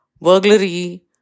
burglary